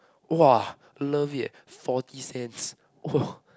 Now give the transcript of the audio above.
!wah! love it eh forty cents !wah!